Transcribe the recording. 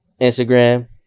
Instagram